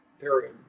Period